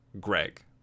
Greg